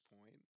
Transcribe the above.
point